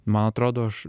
man atrodo aš